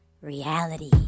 Reality